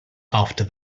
after